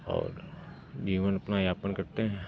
और जीवन अपना यापन करते हैं